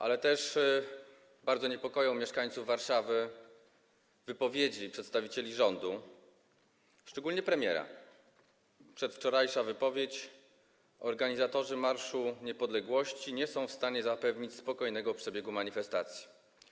Ale też bardzo niepokoją mieszkańców Warszawy wypowiedzi przedstawicieli rządu, szczególnie premiera, jak przedwczorajsza wypowiedź, że organizatorzy Marszu Niepodległości nie są w stanie zapewnić spokojnego przebiegu manifestacji.